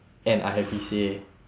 and I have B_C_A